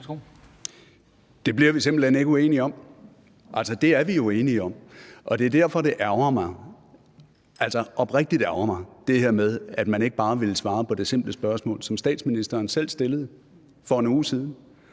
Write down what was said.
Det bliver vi simpelt hen ikke uenige om. Altså, det er vi jo enige om, og det er derfor, det ærgrer mig – altså oprigtigt ærgrer mig – at man ikke bare ville svare på det simple spørgsmål, som statsministeren selv stillede for 1 uge siden.